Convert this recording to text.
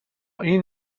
این